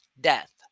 Death